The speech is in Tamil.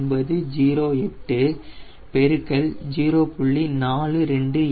47 0